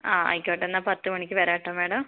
ആ ആയിക്കോട്ടെ എന്നാൽ പത്തു മണിക്ക് വരാട്ടോ മാഡം